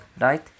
Right